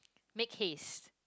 make haste